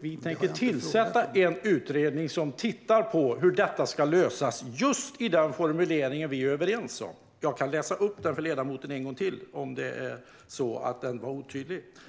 Vi tänker tillsätta en utredning som tittar på hur detta ska lösas - just den formulering som vi är överens om. Jag kan läsa upp den för ledamoten en gång till om det var otydligt.